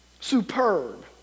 Superb